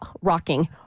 rocking